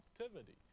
activity